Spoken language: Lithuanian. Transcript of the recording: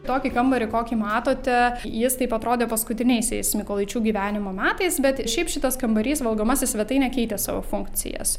tokį kambarį kokį matote jis taip atrodė paskutiniaisiais mykolaičių gyvenimo metais bet šiaip šitas kambarys valgomasis svetainė keitė savo funkcijas